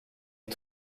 les